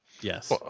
Yes